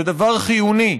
זה דבר חיוני.